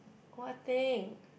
what thing